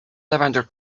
lavender